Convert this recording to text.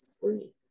free